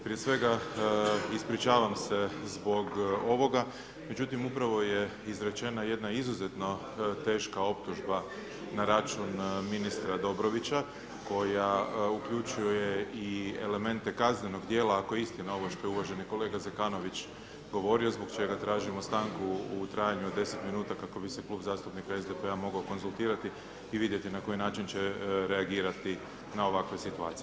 Prije svega ispričavam se zbog ovoga, međutim upravo je izrečena jedna izuzetno teška optužba na račun ministra Dobrovića koja uključuje i elemente kaznenog djela ako je istina ovo što je uvaženi kolega Zekanović govorio zbog čega tražimo stanku u trajanju od deset minuta kako bi se Klub zastupnika SDP-a mogao konzultirati i vidjeti na koji način će reagirati na ovakve situacije.